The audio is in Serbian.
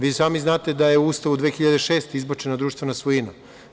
Vi sami znate da je u Ustavu 2006. godine izbačena društvena svojina.